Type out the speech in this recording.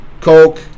Coke